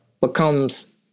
becomes